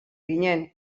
ginen